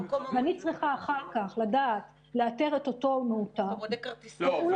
ואני צריכה אחר כך לדעת לאתר את אותו --- אני מבין